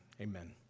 Amen